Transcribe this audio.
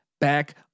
back